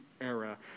era